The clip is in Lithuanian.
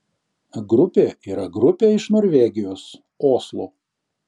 grupė yra grupė iš norvegijos oslo